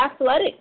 athletic